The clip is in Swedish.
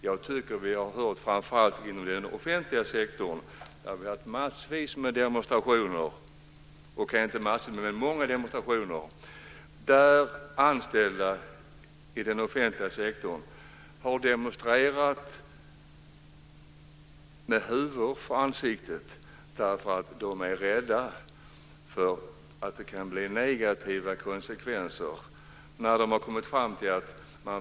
Framför allt bland anställda inom den offentliga sektorn har det förekommit många demonstrationer där anställda har demonstrerat med huvor framför ansiktet för att de är rädda för att det kan bli negativa konsekvenser.